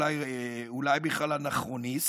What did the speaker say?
אולי בכלל אנכרוניסט,